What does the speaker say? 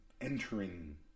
entering